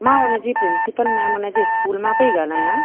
मां उनजी principal ma'am उनजे स्कूल मां पई ॻाल्हायां